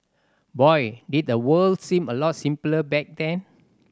boy did the world seem a lot simpler back then